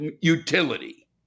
utility